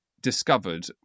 discovered